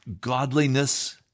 godliness